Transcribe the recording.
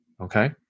okay